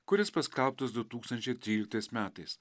kuris paskelbtas du tūkstančiai tryliktais metais